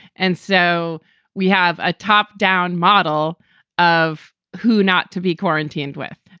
and so we have a top down model of who not to be quarantined with.